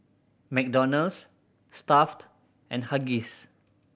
McDonald's Stuff'd and Huggies